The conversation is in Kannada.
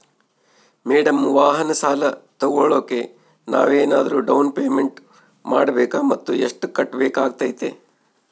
ಮೇಡಂ ವಾಹನ ಸಾಲ ತೋಗೊಳೋಕೆ ನಾವೇನಾದರೂ ಡೌನ್ ಪೇಮೆಂಟ್ ಮಾಡಬೇಕಾ ಮತ್ತು ಎಷ್ಟು ಕಟ್ಬೇಕಾಗ್ತೈತೆ?